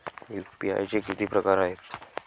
UPI चे किती प्रकार आहेत?